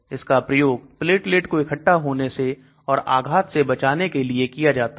इसका प्रयोग प्लेटलेट को इकट्ठा होने से और आघात से बचाने के लिए किया जाता है